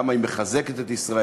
למה היא מחזקת את ישראל,